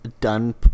done